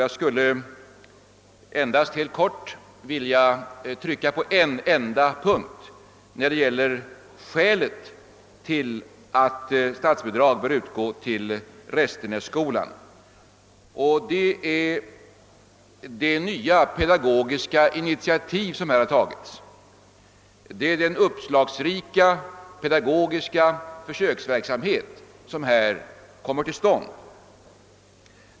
Jag skulle endast helt kortfattat vilja trycka på ett av skälen till att statsbidrag bör utgå till Restenässkolan, nämligen att där har tagits nya pedagogiska initiativ och bedrivs en uppslagsrik pedagogisk försöksverksamhet.